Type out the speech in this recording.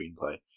screenplay